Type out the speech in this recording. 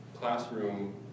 classroom